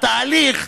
התהליך,